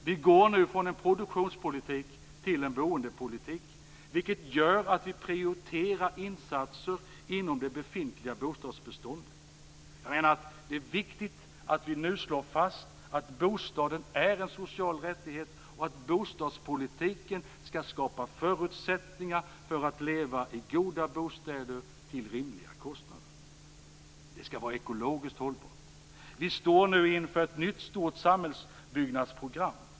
Vi går nu från en produktionspolitik till en boendepolitik, vilket gör att vi prioriterar insatser inom det befintliga bostadsbeståndet. Jag menar att det är viktigt att vi nu slår fast att bostaden är en social rättigheter och att bostadspolitiken skall skapa förutsättningar för att leva i goda bostäder till rimliga kostnader. Den skall vara ekologiskt hållbar. Vi står nu inför ett nytt stort samhällsbyggnadsprogram.